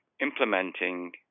implementing